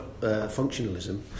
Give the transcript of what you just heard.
functionalism